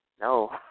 no